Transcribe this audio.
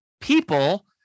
people